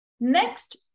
Next